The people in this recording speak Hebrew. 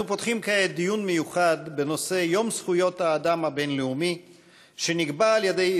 אנחנו פותחים כעת דיון מיוחד בהצעות לסדר-היום מס' 1093,